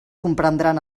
comprendran